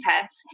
test